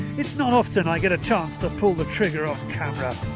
it's not often i get a chance to pull the trigger on camera.